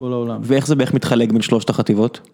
‫בכל העולם. ‫-ואיך זה בערך מתחלק בין שלושת החטיבות?